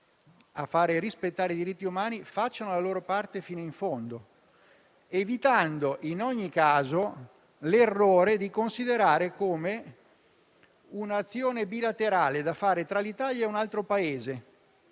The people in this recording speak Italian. a farli rispettare, facciano la loro parte fino in fondo, evitando in ogni caso l'errore di considerare questa come un'azione bilaterale tra l'Italia e un altro Paese: